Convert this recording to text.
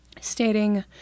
stating